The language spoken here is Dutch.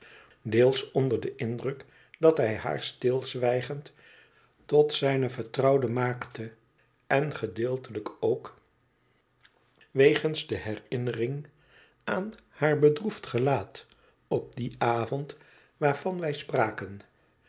deels onder den indruk dat hij haar stilzwijgend tot zijne vertrouwde maakte en gedeeltelijk ook wegens de herinnering aan haar bedroefd gelaat op dien avond waarvan wij spraken